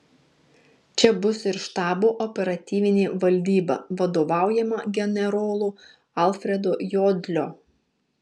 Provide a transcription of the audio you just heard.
čia bus ir štabo operatyvinė valdyba vadovaujama generolo alfredo jodlio